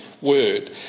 word